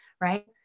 right